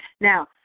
Now